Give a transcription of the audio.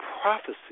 prophecy